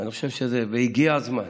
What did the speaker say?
והגיע הזמן.